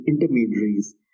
intermediaries